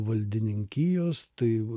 valdininkijos tai